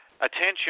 attention